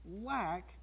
lack